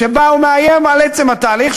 שבה הוא מאיים על עצם התהליך,